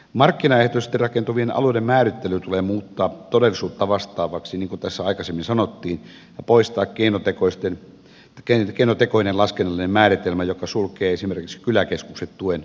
markkinaehtoisesti rakentuvien alueiden määrittely tulee muuttaa todellisuutta vastaavaksi niin kuin tässä aikaisemmin sanottiin ja poistaa keinotekoinen laskennallinen määritelmä joka sulkee esimerkiksi kyläkeskukset tuen ulkopuolelle